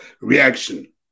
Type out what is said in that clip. reaction